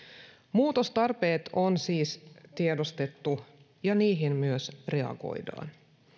muutostarpeet on siis tiedostettu ja niihin myös reagoidaan